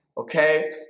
Okay